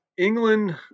England